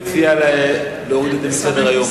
מציע להוריד את זה מסדר-היום.